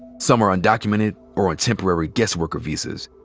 some are undocumented or on temporary guest worker visas.